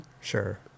Sure